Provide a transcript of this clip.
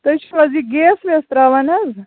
تُہۍ چھُو حظ یہِ گیس ویس ترٛاوان حظ